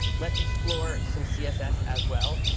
let's explore some css as well.